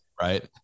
Right